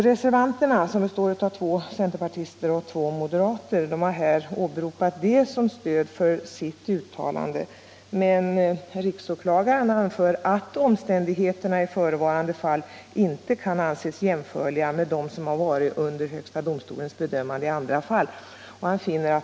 Reservanterna, två centerpartister och två moderater, har åberopat det som stöd för sitt uttalande. Men riksåklagaren anför att ”omständigheterna i förevarande fall inte kan anses jämförliga med dem som varit under Högsta domstolens bedömande i andra fall.